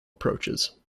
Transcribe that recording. approaches